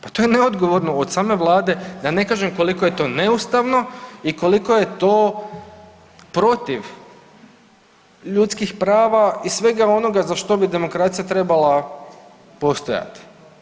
Pa to je neodgovorno oda same Vlade, da ne kažem koliko je to neustavno i koliko je to protiv ljudskih prava i svega onoga za što bi demokracija trebala postojati.